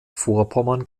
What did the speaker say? vorpommern